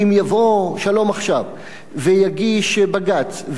כי אם יבוא "שלום עכשיו" ויגיש בג"ץ,